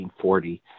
1940